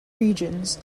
regions